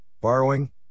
borrowing